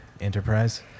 enterprise